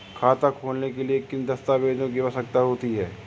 खाता खोलने के लिए किन दस्तावेजों की आवश्यकता होती है?